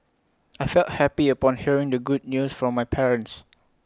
I felt happy upon hearing the good news from my parents